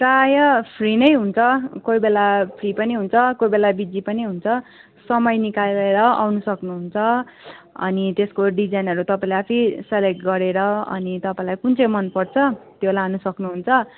प्रायः फ्री नै हुन्छ कोही बेला फ्री पनि हुन्छ कोही बेला बिजी पनि हुन्छ समय निकालेर आउनु सक्नुहुन्छ अनि त्यसको डिजाइनहरू तपाईँले आफै सेलेक्ट गरेर अनि तपाईँलाई कुन चाहिँ मनपर्छ त्यो लान सक्नुहुन्छ